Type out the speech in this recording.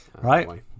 Right